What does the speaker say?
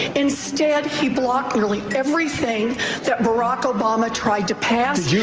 instead, he blocked really everything that barack obama tried to pass-speaker